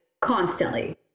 constantly